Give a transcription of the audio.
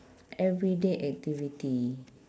everyday activity